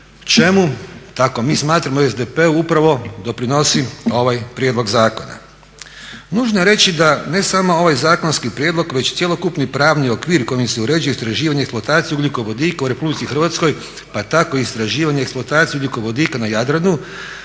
čemu, tako mi smatramo u SDP-u, upravo doprinosi ovaj prijedlog zakona. Nužno je reći da ne samo ovaj zakonski prijedlog već cjelokupni pravni okvir kojim se uređuje istraživanje i eksploatacija ugljikovodika u Republici Hrvatskoj, pa tako i istraživanje eksploatacija ugljikovodika na Jadranu